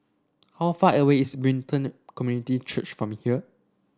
how far away is Brighton Community Church from here